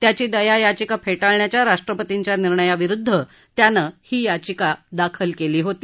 त्याची दयायाचिका फेटाळण्याच्या राष्ट्रपतींच्या निर्णयाविरुद्ध त्यानं ही याचिका दाखल केली होती